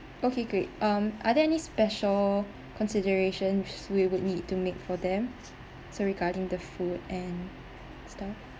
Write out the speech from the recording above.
okay great um are there any special considerations we would need to make for them so regarding the food and stuff